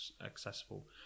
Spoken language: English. accessible